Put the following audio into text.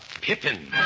pippin